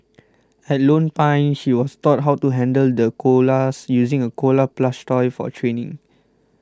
at Lone Pine she was taught how to handle the koalas using a koala plush toy for training